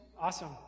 Awesome